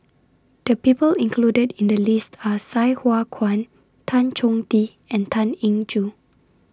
The People included in The list Are Sai Hua Kuan Tan Chong Tee and Tan Eng Joo